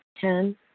ten